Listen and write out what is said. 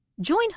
Join